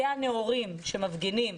זה הנאורים שמפגינים,